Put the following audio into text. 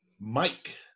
Mike